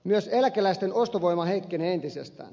myös eläkeläisten ostovoima heikkenee entisestään